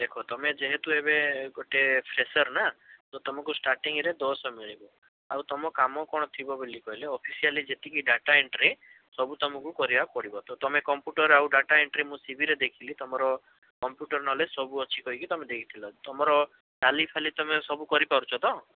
ଦେଖ ତମେ ଯେହେତୁ ଏବେ ଗୋଟେ ଫ୍ରେଶର୍ ନା ତ ତମକୁ ଷ୍ଟାର୍ଟିଙ୍ଗରେ ଦଶ ମିଳିବ ଆଉ ତମ କାମ କ'ଣ ଥିବ ବୋଲି କହିଲେ ଅଫିସିଆଲି ଯେତିକି ଡାଟା ଏଣ୍ଟ୍ରି ସବୁ ତମକୁ କରିବାକୁ ପଡ଼ିବ ତ ତମେ କମ୍ପ୍ୟୁଟର ଆଉ ଡାଟା ଏଣ୍ଟ୍ରି ମୁଁ ସିଭିରେ ଦେଖିଲି ତମର କମ୍ପ୍ୟୁଟର ନଲେଜ୍ ସବୁ ଅଛି କହିକି ତମେ ଦେଇଥିଲ ତମର ଟାଲି ଫାଲି ତମେ ସବୁ କରିପାରୁଛ ତ